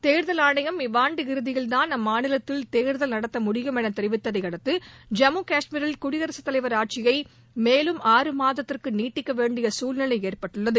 தேர்தல் ஆணையம் இவ்வாண்டு இறுதியில் தான் அம்மாநிலத்தில் தேர்தல் நடத்த முடியும் என தெரிவித்ததை அடுத்து ஜம்மு காஷ்மீரில் குடியரசுத் தலைவர் ஆட்சியை மேலும் ஆறு மாதத்திற்கு நீட்டிக்க வேண்டிய குழ்நிலை ஏற்பட்டுள்ளது